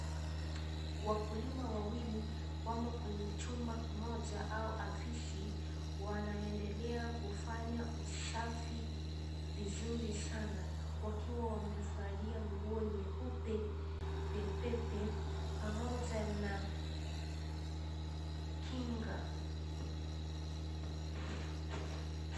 Wakulima wawili wamo kwenye chumba kimoja au afisi, wanaendelea kufanya usafi vizuri sana wakiwa wamevalia nguo nyeupe pepepe pamoja na kinga.